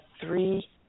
three